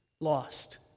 Lost